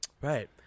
Right